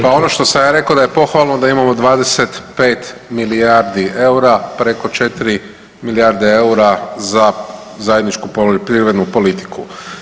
Pa ono što sam ja rekao da je pohvalno da imamo 25 milijardi EUR-a preko 4 milijarde EUR-a za zajedničku poljoprivrednu politiku.